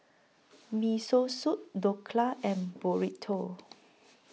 Miso Soup Dhokla and Burrito